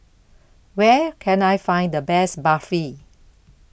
Where Can I Find The Best Barfi